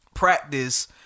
practice